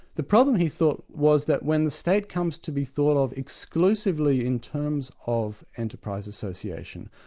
the problem he thought was that when the state comes to be thought of exclusively in terms of enterprise association,